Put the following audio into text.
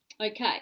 Okay